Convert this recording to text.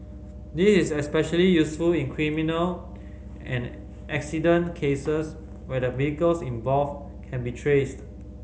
this is especially useful in criminal and accident cases where the vehicles involved can be traced